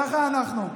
ככה אנחנו.